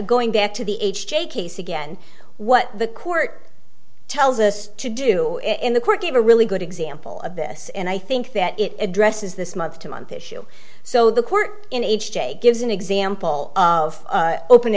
going back to the h j case again what the court tells us to do in the court gave a really good example of this and i think that it addresses this month to month issue so the court in each state gives an example of open